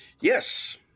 Yes